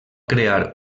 crear